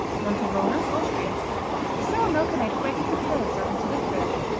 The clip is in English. montavoner austria a sour-milker made fragrant with herbs added to the curd.